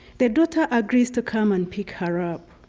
the daughter agrees to come and pick her up.